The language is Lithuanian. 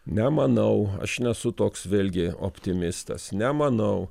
nemanau aš nesu toks vėlgi optimistas nemanau